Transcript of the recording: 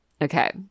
Okay